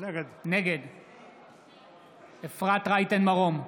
נגד אפרת רייטן מרום,